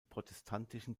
protestantischen